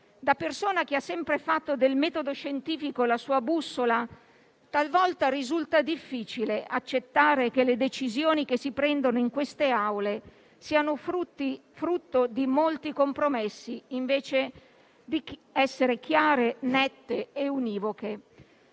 Da persona che ha sempre fatto del metodo scientifico la sua bussola, talvolta risulta difficile accettare che le decisioni che si prendono in queste Aule siano frutto di molti compromessi, invece di essere chiare, nette e univoche.